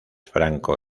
franco